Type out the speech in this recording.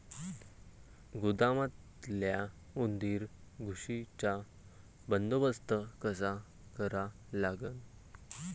गोदामातल्या उंदीर, घुशीचा बंदोबस्त कसा करा लागन?